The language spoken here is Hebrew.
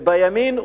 בימין ובשמאל,